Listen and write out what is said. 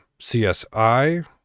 CSI